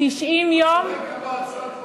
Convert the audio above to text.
90 יום, את צודקת.